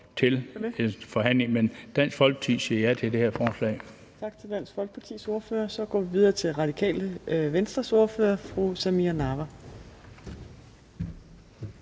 til forhandlingerne, men Dansk Folkeparti siger ja til det her forslag. Kl. 17:14 Fjerde næstformand (Trine Torp): Tak til Dansk Folkepartis ordfører. Så går vi videre til Radikale Venstres ordfører, fru Samira Nawa.